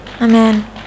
Amen